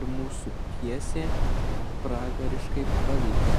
ir mūsų pjesė pragariškai pavyks